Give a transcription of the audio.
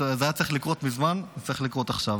זה היה צריך לקרות מזמן, זה צריך לקרות עכשיו.